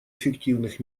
эффективных